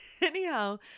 anyhow